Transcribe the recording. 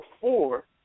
four